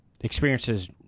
experiences